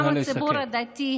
נא לסכם.